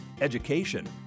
education